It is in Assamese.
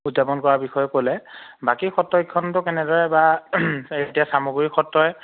উদযাপন কৰা বিষয়ে ক'লে বাকী সত্ৰকেইখনতো কেনেদৰে বা এই এতিয়া চামগুৰি সত্ৰয়ে